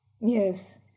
Yes